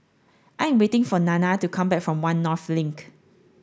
I am waiting for Nana to come back from One North Link